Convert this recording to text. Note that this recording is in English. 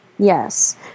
Yes